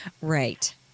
Right